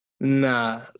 Nah